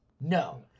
No